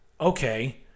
okay